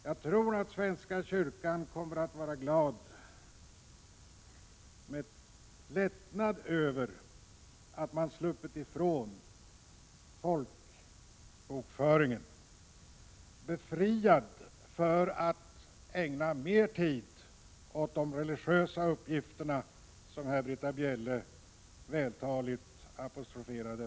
Jag tror att svenska kyrkan kommer att vara glad och lättad över att man sluppit ifrån folkbokföringen. Kyrkan kan då ägna mer tid åt de religiösa uppgifterna, som Britta Bjelle här vältaligt apostroferade.